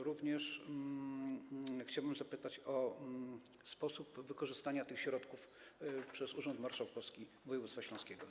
Również chciałbym zapytać o sposób wykorzystania tych środków przez Urząd Marszałkowski Województwa Śląskiego.